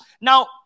Now